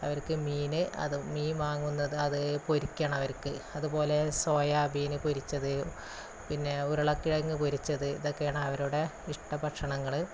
അവര്ക്ക് മീന് അതു മീൻ വാങ്ങുന്നത് അത് പൊരിക്കണം അവര്ക്ക് അതുപോലെ സോയാബീന് പൊരിച്ചത് പിന്നെ ഉരുളക്കിഴങ്ങ് പൊരിച്ചത് ഇതൊക്കെയാണ് അവരുടെ ഇഷ്ട ഭക്ഷണങ്ങള്